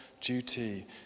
duty